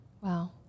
Wow